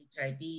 HIV